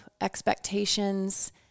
expectations